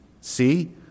See